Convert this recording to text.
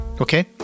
Okay